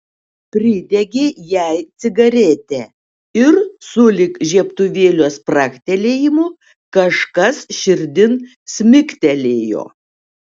pridegė jai cigaretę ir sulig žiebtuvėlio spragtelėjimu kažkas širdin smigtelėjo